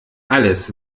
alles